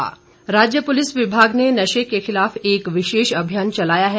चिटा गिरफ्तारी राज्य पुलिस विभाग ने नशे के खिलाफ एक विशेष अभियान चलाया है